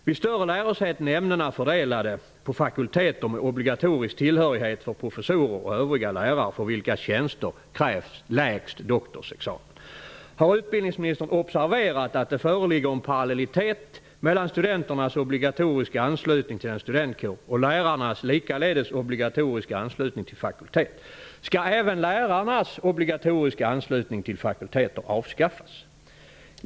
Vid större lärosäten är ämnena fördelade på fakulteter med obligatorisk tillhörighet för professorer och övriga lärare för vilkas tjänster krävs lägst doktorsexamen. Har utbildningsministern observerat att det föreligger en parallellitet mellan studenternas obligatoriska anslutning till studentkårer och lärarnas likaledes obligatoriska anslutning till fakulteter? Skall även lärarnas obligatoriska anslutning till fakulteter avskaffas?